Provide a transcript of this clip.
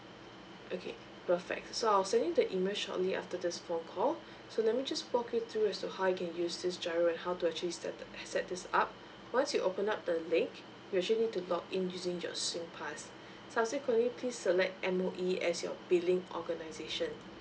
okay perfect so I'll send you the email shortly after this phone call so let me just walk you through as to how you can use this giro how and how to actually set the uh set this up once you open up the link you actually need to log in using your singpass subsequently please select M_O_E as your billing organisation